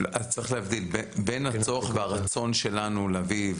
צריך להבדיל בין הצורך והרצון שלנו להביא,